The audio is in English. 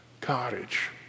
cottage